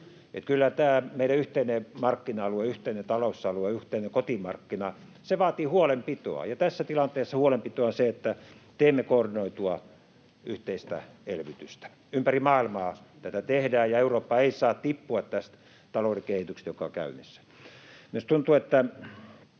Kyllä tämä meidän yhteinen markkina-alue, yhteinen talousalue, yhteinen kotimarkkina vaatii huolenpitoa, ja tässä tilanteessa huolenpitoa on se, että teemme koordinoitua yhteistä elvytystä. Ympäri maailmaa tätä tehdään, ja Eurooppa ei saa tippua tästä talouden kehityksestä, joka on käynnissä. Minä olen